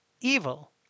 evil